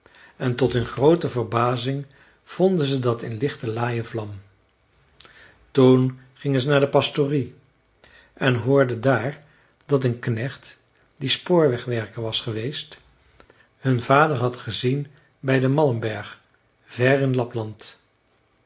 en tot hun groote verbazing vonden ze dat in lichte laaie vlam toen gingen ze naar de pastorie en hoorden daar dat een knecht die spoorwegwerker was geweest hun vader had gezien bij den malmberg ver in lapland